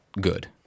good